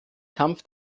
kampf